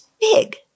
big